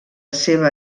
seva